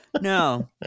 No